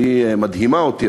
שמדהימה אותי,